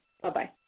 Bye-bye